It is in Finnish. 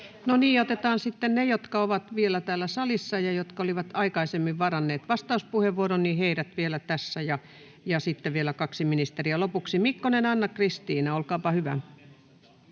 No niin, ja otetaan sitten ne, jotka ovat vielä täällä salissa ja jotka olivat aikaisemmin varanneet vastauspuheenvuoron, vielä tässä, ja sitten vielä kaksi ministeriä lopuksi. — Mikkonen, Anna-Kristiina, olkaapa hyvä.